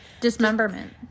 dismemberment